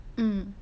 mmhmm